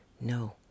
No